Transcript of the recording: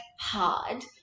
hard